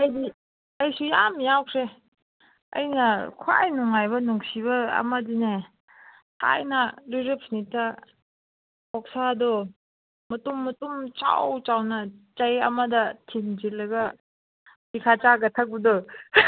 ꯑꯩꯗꯤ ꯑꯩꯁꯨ ꯌꯥꯝ ꯌꯥꯎꯈ꯭ꯔꯦ ꯑꯩꯅ ꯈ꯭ꯋꯥꯏ ꯅꯨꯡꯉꯥꯏꯕ ꯅꯨꯡꯁꯤꯕ ꯑꯃꯗꯤꯅꯦ ꯊꯥꯏꯅ ꯂꯨꯖꯔꯨꯠꯐꯨꯅꯤꯠꯇ ꯑꯣꯛꯁꯥꯗꯣ ꯃꯇꯨꯝ ꯃꯇꯨꯝ ꯆꯥꯎ ꯆꯥꯎꯅ ꯆꯩ ꯑꯃꯗ ꯊꯤꯡꯖꯤꯜꯂꯒ ꯆꯥꯒ ꯊꯛꯄꯗꯣ